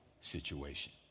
situation